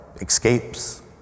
escapes